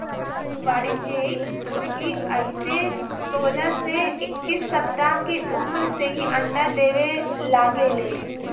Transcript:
वाणिज्यिक मुर्गी अइसे सोलह से इक्कीस सप्ताह के उम्र से ही अंडा देवे लागे ले